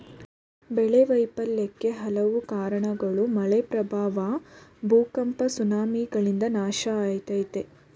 ಬೆಳೆ ವೈಫಲ್ಯಕ್ಕೆ ಹಲವು ಕಾರ್ಣಗಳು ಮಳೆ ಪ್ರವಾಹ ಭೂಕಂಪ ಸುನಾಮಿಗಳಿಂದ ನಾಶ ಆಯ್ತದೆ